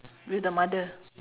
with the mother